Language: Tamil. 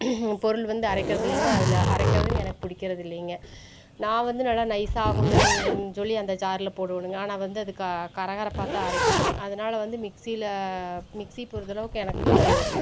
பொருள் வந்து அரைக்கிறது இல்லைங்க அதில் அரைக்கிறதும் எனக்கு பிடிக்கறது இல்லைங்க நான் வந்து நல்லா நைஸ் ஆகணுன்னுங்கன்னு சொல்லி அந்த ஜாரில் போடுவேனுங்க ஆனால் வந்து அது க கர கரப்பாகத்தான் அரைக்குறதுங்க அதனால வந்து மிக்ஸியில் மிக்ஸி பொறுத்தளவுக்கு எனக்கு